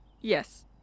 Yes